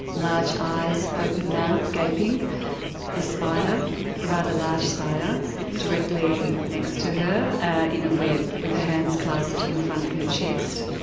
large eyes, open mouth gaping a spider, a rather large spider directly next to her in a web with her hands clasped in front of her chest.